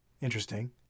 Interesting